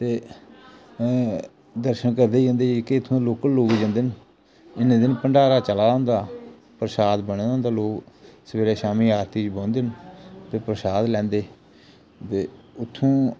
ते अऽ दर्शन करदे जंदे न जेह्के इत्थूं दा लोकल लोक जंदे न इन्ने दिन भण्डारा चला दा होंदा परशाद बने दा होंदा लोक सबेरे शामी आरती च बौंह्दे न ते परशाद लैंदे ते उत्थूं